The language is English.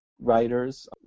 writers